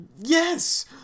Yes